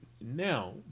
now